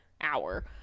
hour